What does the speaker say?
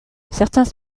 certains